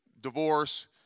divorce